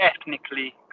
ethnically